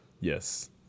Yes